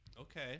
Okay